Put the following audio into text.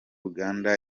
uganda